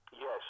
Yes